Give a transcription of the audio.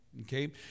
Okay